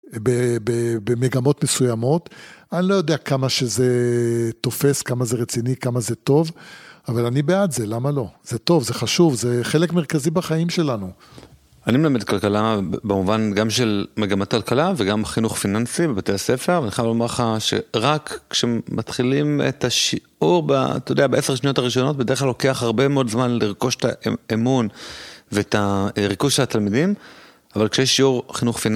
במגמות מסוימות, אני לא יודע כמה שזה תופס, כמה זה רציני, כמה זה טוב, אבל אני בעד זה, למה לא? זה טוב, זה חשוב, זה חלק מרכזי בחיים שלנו. אני מלמד כלכלה, במובן, גם של מגמת כלכלה וגם חינוך פיננסי בבתי הספר, ואני יכול לומר לך שרק כשמתחילים את השיעור, אתה יודע, בעשר שניות הראשונות, בדרך כלל לוקח הרבה מאוד זמן לרכוש את האמון ואת הריכוז של התלמידים, אבל כשיש שיעור חינוך פיננסי,